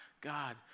God